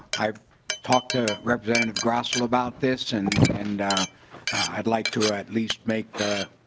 i talked to representative grossell about this and and i would like to at least make